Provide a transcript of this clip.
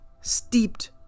steeped